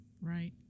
right